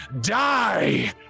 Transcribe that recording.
die